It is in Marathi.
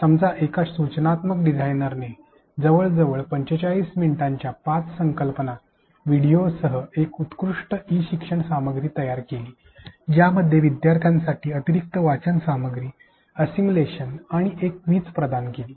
समजा एका सूचनात्मक डिझाइनरने जवळजवळ 45 मिनिटांच्या 5 संकल्पना व्हिडिओसह एक उत्कृष्ट ई शिक्षण सामग्री तयार केली ज्यामध्ये विद्यार्थ्यांसाठी अतिरिक्त वाचन सामग्री असिमलेशन आणि एक क्विझ प्रदान केली